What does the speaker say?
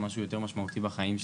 משהו יותר משמעותי בחיים שלי.